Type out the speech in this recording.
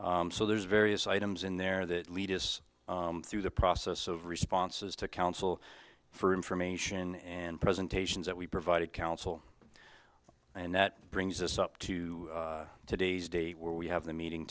be so there's various items in there that lead us through the process of responses to counsel for information and presentations that we provided counsel and that brings us up to today's date where we have the meeting